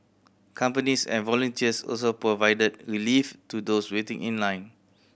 companies and volunteers also provided relief to those waiting in line